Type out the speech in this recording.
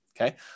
Okay